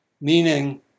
meaning